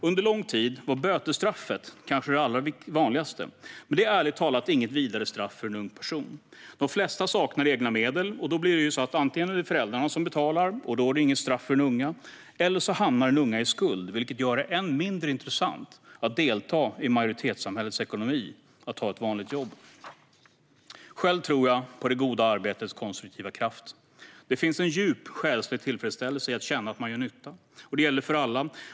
Under lång tid var bötesstraffet det kanske allra vanligaste, men det är ju ärligt talat inget vidare straff för en ung person. De flesta saknar egna medel. Antingen är det föräldrarna som betalar, och då är det ju inget straff för den unga. Eller också hamnar den unga i skuld, vilket gör det än mindre intressant att delta i majoritetssamhällets ekonomi och att ta ett vanligt jobb. Själv tror jag på det goda arbetets konstruktiva kraft. Det finns en djup själslig tillfredsställelse i att känna att man gör nytta. Det gäller för alla.